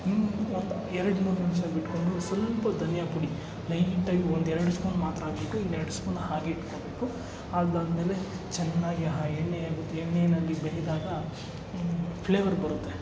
ಹ್ಞೂ ಮತ್ತೆ ಎರಡು ಮೂರು ನಿಮಿಷ ಬಿಟ್ಟ್ಕೊಂಡು ಸ್ವಲ್ಪ ಧನಿಯಾಪುಡಿ ಲೈಟ್ ಆಗಿ ಒಂದು ಎರಡು ಸ್ಪೂನ್ ಮಾತ್ರ ಹಾಕಬೇಕು ಇನ್ನೆರಡು ಸ್ಪೂನ್ ಹಾಗೆ ಇಟ್ಕೊಳ್ಬೇಕು ಅದು ಆದಮೇಲೆ ಚೆನ್ನಾಗಿ ಹಾ ಎಣ್ಣೆಯ ಎಣ್ಣೆಯಲ್ಲಿ ಬೆಂದಾಗ ಹ್ಞೂ ಫ್ಲೇವರ್ ಬರುತ್ತೆ